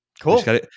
Cool